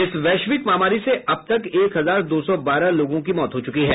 इस वैश्विक महामारी से अब तक एक हजार दो सौ बारह लोगों की मौत हो चुकी है